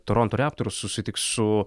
toronto reptors susitiks su